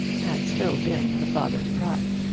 had still been the father's pride.